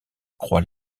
croix